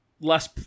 less